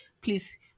please